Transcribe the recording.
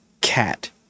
cat